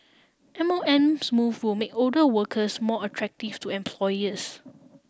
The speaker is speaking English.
M O M's move will make older workers more attractive to employers